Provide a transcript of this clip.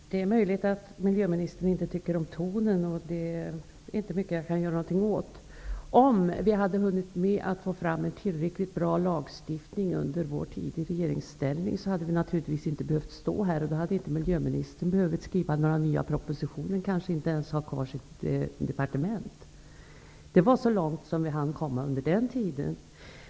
Fru talman! Det är möjligt att miljöministern inte tycker om tonen, men det är inte mycket som jag kan göra åt det. Om vi socialdemokrater hade hunnit med att få fram en tillräckligt bra lagstiftning under vår tid i regeringsställning, hade vi naturligtvis inte behövt stå här. Då hade inte heller miljöministern behövt skriva några nya propositioner eller kanske inte ens behövt ha kvar sitt departement. Detta var så långt vi hann komma under den tiden.